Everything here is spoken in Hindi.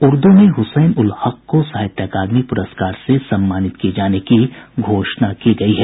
उर्दू में हुसैन उल हक को साहित्य अकादमी पुरस्कार से सम्मानित किये जाने की घोषणा की गयी है